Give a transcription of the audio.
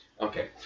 Okay